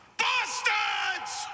bastards